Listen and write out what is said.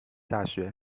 大学